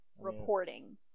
reporting